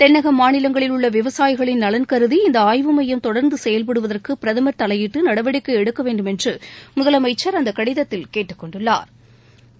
தென்னக மாநிலங்களில் உள்ள விவசாயிகளின் நலன் கருதி இந்த ஆய்வு மையம் தொடர்ந்து செயல்படுவதற்கு பிரதமர் தவையிட்டு நடவடிக்கை எடுக்க வேண்டுமென்று முதலமைச்சா் அந்த கடிதத்தில் கேட்டுக் கொண்டுள்ளாா்